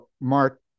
Mark